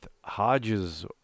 Hodges